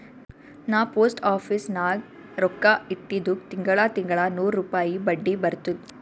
ನಾ post office ನಾಗ್ ರೊಕ್ಕಾ ಇಟ್ಟಿದುಕ್ ತಿಂಗಳಾ ತಿಂಗಳಾ ನೂರ್ ರುಪಾಯಿ ಬಡ್ಡಿ ಬರ್ತುದ್